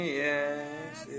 yes